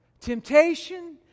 temptation